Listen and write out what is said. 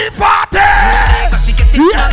party